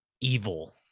evil